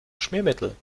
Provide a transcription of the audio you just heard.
schmiermittel